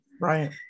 Right